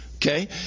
Okay